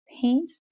paints